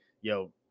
yo